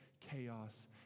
chaos